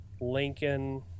Lincoln